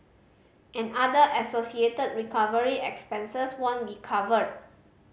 and other associated recovery expenses won't be covered